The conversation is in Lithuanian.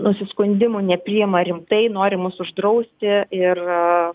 nusiskundimų nepriima rimtai nori mus uždrausti ir